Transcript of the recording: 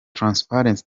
transparency